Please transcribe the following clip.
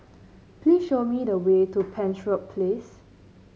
please show me the way to Penshurst Place